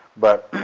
but,